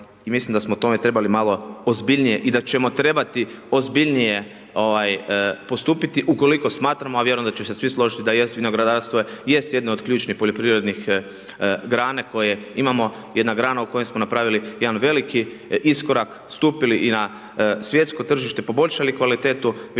i mislim da smo o tome trebali malo ozbiljnije i da ćemo trebati ozbiljnije postupiti ukoliko smatramo, a vjerujem da ćemo se svi složiti, da jest vinogradarstvo je jest jedno od ključnih poljoprivrednih grana koje imamo, jedna grana u kojoj smo napravili jedan veliki iskorak, stupili i na svjetsko tržište, poboljšali kvalitetu vina, dakle,